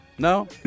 No